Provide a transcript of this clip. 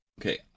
Okay